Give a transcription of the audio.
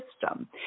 system